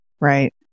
Right